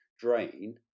drain